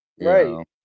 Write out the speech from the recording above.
right